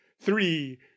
three